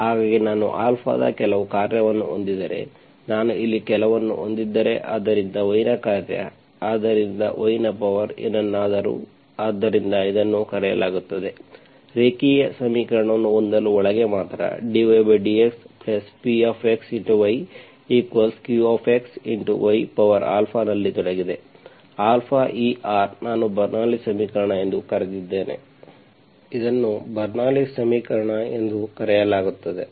ಹಾಗಾಗಿ ನಾನು ಆಲ್ಫಾದ ಕೆಲವು ಕಾರ್ಯವನ್ನು ಹೊಂದಿದ್ದರೆ ನಾನು ಇಲ್ಲಿ ಕೆಲವನ್ನು ಹೊಂದಿದ್ದರೆ ಆದ್ದರಿಂದ y ನ ಕಾರ್ಯ ಆದ್ದರಿಂದ y ಪವರ್ ಏನನ್ನಾದರೂ ಆದ್ದರಿಂದ ಇದನ್ನು ಕರೆಯಲಾಗುತ್ತದೆ ರೇಖೀಯ ಸಮೀಕರಣವನ್ನು ಹೊಂದಲು ಒಳಗೆ ಮಾತ್ರ dydx Px yqx y ನಲ್ಲಿ ತೊಡಗಿದೆ α∈R ನಾನು ಬರ್ನೌಲ್ಲಿಸ್ bernoullis ಸಮೀಕರಣ ಎಂದು ಕರೆದಿದ್ದೇನೆ ಇದನ್ನು ಬರ್ನೌಲ್ಲಿಸ್ bernoullis ಸಮೀಕರಣ ಎಂದು ಕರೆಯಲಾಗುತ್ತದೆ